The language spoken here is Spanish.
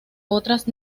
otras